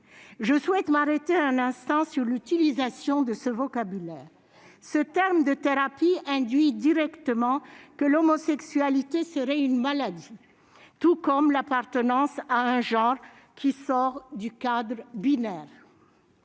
Je souhaite m'arrêter un instant sur l'utilisation de ce vocabulaire. Ce terme de « thérapie » induit directement que l'homosexualité serait une maladie, tout comme l'appartenance à un genre sortant du cadre binaire.